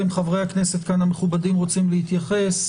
אם חברי הכנסת המכובדים כאן רוצים להתייחס.